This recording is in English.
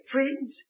Friends